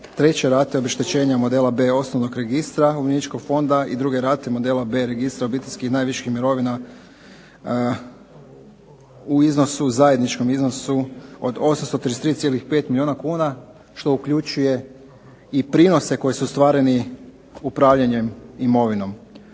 treće rate obeštećenja modela B osnovnog registra umirovljeničkog fonda, i druge rate modela B registra obiteljskih najviših mirovina u iznosu, zajedničkom iznosu od 833,5 milijuna kuna, što uključuje i prinose koji su ostvareni upravljanjem imovinom.